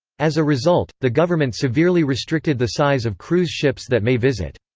as a result, the government severely restricted the size of cruise ships that may visit.